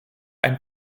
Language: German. ein